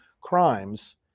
crimes